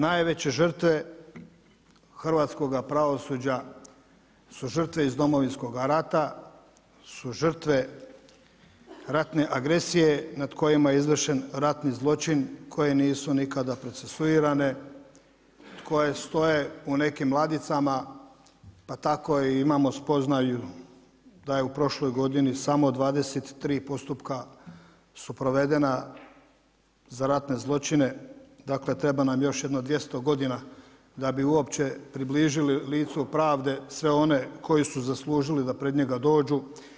Najveće žrtve hrvatskoga pravosuđa su žrtve iz Domovinskoga rata, su žrtve ratne agresije nad kojima je izvršen ratni zločin koji nisu nikada procesuirane, koje stoje u nekim ladicama pa tako imamo spoznaju da je u prošloj godini samo 23 postupka su provedena za ratne zločine, dakle treba nam još jedno 200 godina da bi uopće približili licu pravde sve one koju su zaslužili da pred njega dođu.